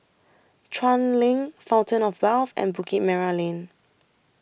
Chuan LINK Fountain of Wealth and Bukit Merah Lane